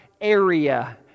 area